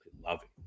loving